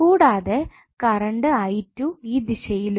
കൂടാതെ current i2 ഈ ദിശയിലും